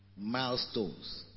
milestones